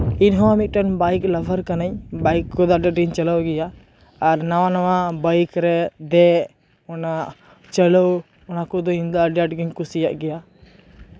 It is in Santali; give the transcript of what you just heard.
ᱤᱧᱦᱚᱸ ᱢᱤᱫᱴᱮᱱ ᱵᱟᱭᱤᱠ ᱞᱟᱵᱷᱟᱨ ᱠᱟᱱᱟᱹᱧ ᱵᱟᱭᱤᱠ ᱠᱚᱫᱚ ᱟᱹᱰᱤ ᱟᱸᱴᱤᱧ ᱪᱟᱞᱟᱣ ᱜᱮᱭᱟ ᱟᱨ ᱱᱟᱣᱟ ᱱᱟᱣᱟ ᱵᱟᱭᱤᱠᱨᱮ ᱫᱮᱡ ᱚᱱᱟ ᱪᱟᱹᱞᱩ ᱚᱱᱟ ᱠᱚᱫᱚ ᱤᱧᱫᱚ ᱟᱹᱰᱤ ᱟᱸᱴ ᱜᱤᱧ ᱠᱩᱥᱤᱭᱟᱜ ᱜᱮᱭᱟ